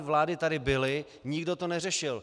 Vlády tady byly, nikdo to neřešil.